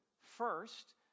first